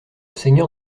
seigneur